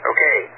Okay